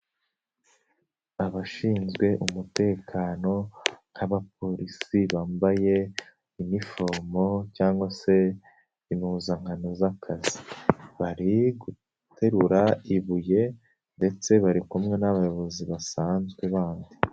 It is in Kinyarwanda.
Abashinzwe umutekano nk'abapolisi bambaye inifomo cyangwa se impuzankano z'akazi. Bari guterura ibuye ndetse bari kumwe n'abayobozi basanzwe bandi.